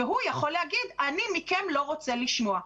והוא יכול להגיד: אני מכם לא רוצה לשמוע.